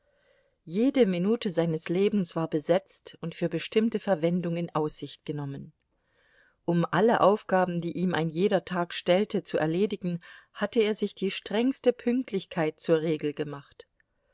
jede minute seines lebens war besetzt und für bestimmte verwendung in aussicht genommen um alle aufgaben die ihm ein jeder tag stellte zu erledigen hatte er sich die strengste pünktlichkeit zur regel gemacht